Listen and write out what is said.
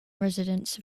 residents